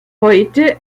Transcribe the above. heute